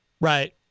Right